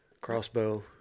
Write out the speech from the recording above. Crossbow